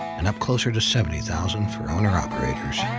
and up closer to seventy thousand for owner-operators.